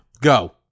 Go